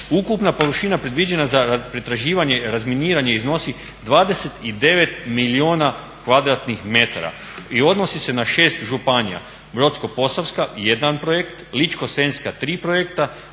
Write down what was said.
Ukupna površina predviđena za pretraživanje i razminiranje iznosi 29 milijuna m2 i odnosi se na šest županija: Brodsko-posavska 1 projekt, Ličko-senjska 3 projekta,